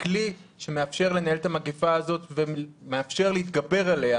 ככלי שמאפשר לנהל את המגפה הזאת ומאפשר להתגבר עליה